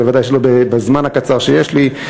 ודאי שלא בזמן הקצר שיש לי.